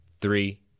Three